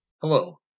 Hello